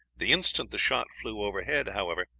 the instant the shot flew overhead, however,